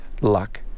luck